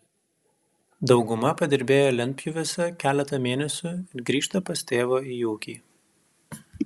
dauguma padirbėja lentpjūvėse keletą mėnesių ir grįžta pas tėvą į ūkį